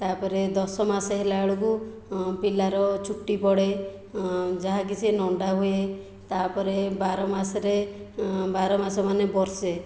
ତା ପରେ ଦଶ ମାସ ହେଲା ବେଳକୁ ପିଲାର ଚୁଟି ପଡ଼େ ଯାହାକି ସେ ନଣ୍ଡା ହୁଏ ତାପରେ ବାର ମାସରେ ବାର ମାସ ମାନେ ବର୍ଷେ